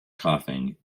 coughing